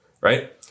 right